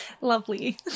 Lovely